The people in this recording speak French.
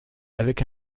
avec